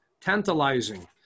tantalizing